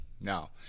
Now